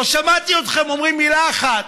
לא שמעתי אתכם אומרים מילה אחת.